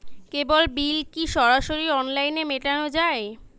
কেবল bill কি সরাসরি অনলাইনে মেটানো য়ায়?